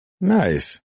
nice